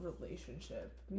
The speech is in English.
relationship